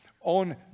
On